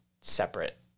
separate